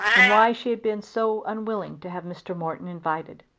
and why she had been so unwilling to have mr. morton invited.